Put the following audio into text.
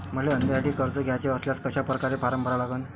मले धंद्यासाठी कर्ज घ्याचे असल्यास कशा परकारे फारम भरा लागन?